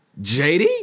JD